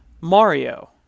Mario